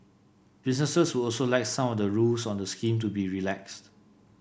businesses would also like some of the rules on the scheme to be relaxed